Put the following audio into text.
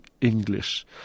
English